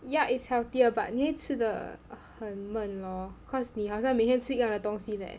yeah it's healthier but 你会吃得很闷 lor because 你好像每天吃一样的东西 leh